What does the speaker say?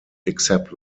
except